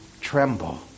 tremble